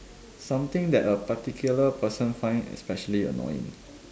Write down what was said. something that a particular person find especially annoying